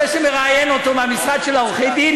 זה שמראיין אותו מהמשרד של עורכי-הדין,